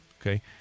Okay